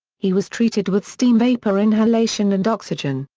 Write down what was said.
he was treated with steam vapor inhalation and oxygen,